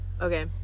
Okay